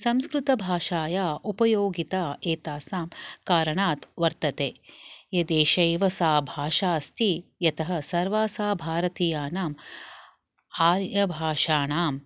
संस्कृतभाषाया उपयोगिता एतासां कारणात् वर्तते एतेषैव सा भाषा अस्ति यतः सर्वासां भारतीयानाम् आर्यभाषाणाम्